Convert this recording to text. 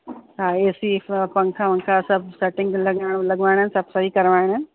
हा A C पंखा वंखा सभु सेटिंग में लॻ लॻाइणा आहिनि सभु सही कराइणा आहिनि